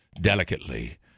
delicately